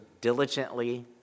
diligently